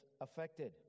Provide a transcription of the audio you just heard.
affected